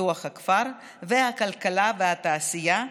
ופיתוח הכפר והכלכלה והתעשייה,